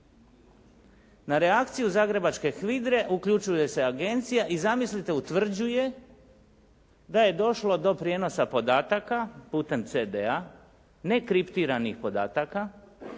Na reakciju zagrebačke HVIDRA-e uključuje se agencija i zamislite utvrđuje da je došlo do prijenosa podataka putem CD-a, nekriptiranih podataka